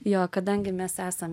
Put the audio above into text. jo kadangi mes esam